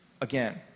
again